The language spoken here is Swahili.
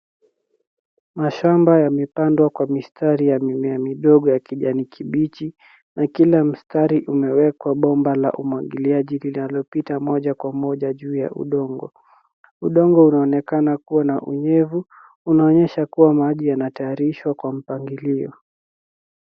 Mashamba yamepandwa kwa mistari ya mimea midogo ya kijani kibichi, na kila mstari umewekwa bomba la umwagiliaji linalopita moja kwa moja juu ya udongo. Udongo unaonekana kua na unyevu, unaonyesha kua maji yanatayarishwa kwa mpango.